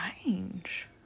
strange